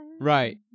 Right